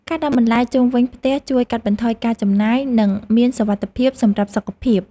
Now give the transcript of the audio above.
ការដាំបន្លែជុំវិញផ្ទះ ជួយកាត់បន្ថយការចំណាយ និងមានសុវត្ថិភាពសម្រាប់សុខភាព។